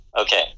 Okay